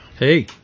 Hey